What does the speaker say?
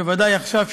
בוודאי עכשיו,